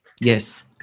Yes